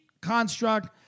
construct